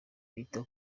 bita